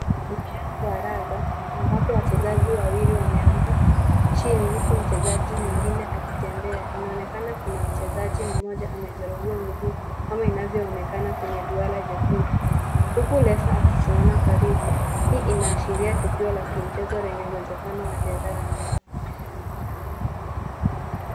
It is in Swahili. Mchezo wa raga ambapo wachezaji wawili wameanguka chini huku mchezaji mwingine akitembea. Inaonekana kuna mchezaji mmoja amejeruhiwa mguu kama inavyoonekana kwenye duara jekundu, huku refa akisimama karibu. Hii inaashiria tukio la kimchezo lenye uwezekano wa jeraha.